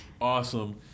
awesome